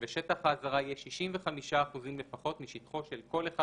ושטח האזהרה יהיה 65 אחוזים לפחות משטחו של כל אחד